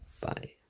bye